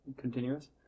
continuous